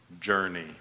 journey